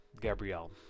Gabrielle